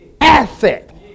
asset